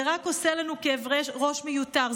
זה רק עושה לנו כאב ראש מיותר,